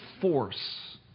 force